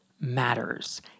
matters